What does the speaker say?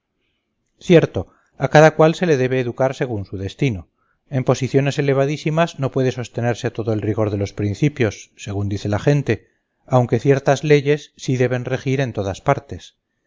cierto a cada cual se le debe educar según su destino en posiciones elevadísimas no puede sostenerse todo el rigor de los principios según dice la gente aunque ciertas leyes sí deben regir en todas partes